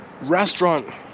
restaurant